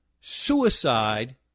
suicide